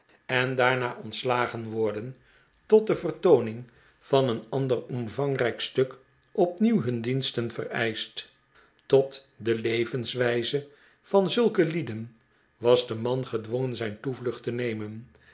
en daarna ontslagen worden tot de vertooning van een ander omvangrijk stuk opnieuw hun diensten vereischt tot de leyenswijze van zulke lieden was de man gedwongen zijn toevlucht te nemen